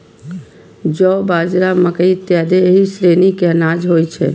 जौ, बाजरा, मकइ इत्यादि एहि श्रेणी के अनाज होइ छै